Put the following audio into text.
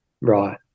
right